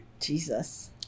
Jesus